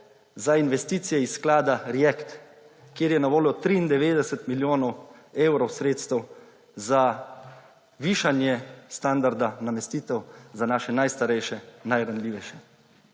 za investicije iz sklada React, kjer je na voljo 93 milijonov evrov sredstev za višanje standarda namestitev za naše najstarejše, najranljivejše